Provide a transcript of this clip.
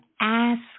ask